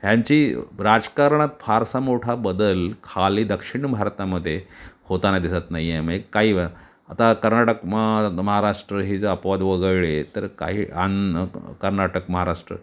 ह्यांची राजकारणात फारसा मोठा बदल खाली दक्षिण भारतामध्ये होताना दिसत नाही आहे म्हणजे काही ग आता कर्नाटक म महाराष्ट्र ही जर अपवाद वगळले तर काही आणि कर्नाटक महाराष्ट्र